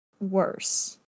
worse